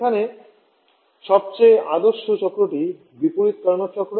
সেখানে সবচেয়ে আদর্শ চক্রটি বিপরীত কার্নোট চক্র